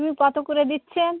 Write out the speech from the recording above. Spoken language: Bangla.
ফুল কত করে দিচ্ছেন